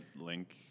link